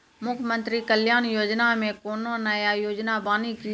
मुख्यमंत्री कल्याण योजना मे कोनो नया योजना बानी की?